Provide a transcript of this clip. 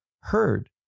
heard